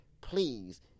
Please